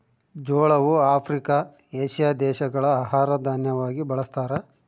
ಜೋಳವು Africa, Asia ದೇಶಗಳ ಆಹಾರ ದಾನ್ಯವಾಗಿ ಬಳಸ್ತಾರ